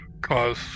cause